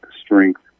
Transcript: strength